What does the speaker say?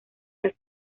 las